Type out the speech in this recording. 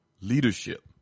leadership